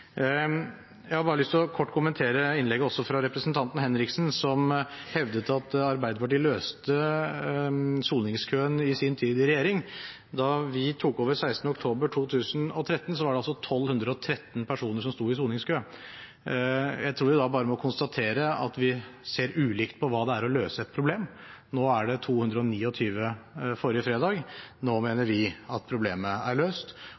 kommentere også innlegget fra representanten Henriksen, som hevdet at Arbeiderpartiet løste soningskøen i sin tid i regjering. Da vi tok over den 16. oktober 2013, var det 1 213 personer som sto i soningskø. Jeg tror vi bare må konstatere at vi ser ulikt på hva det er å løse et problem. Det var 229 forrige fredag. Nå mener vi at problemet er løst, og det